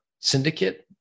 syndicate